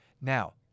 Now